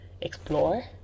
explore